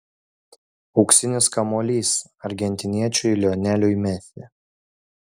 auksinis kamuolys argentiniečiui lioneliui messi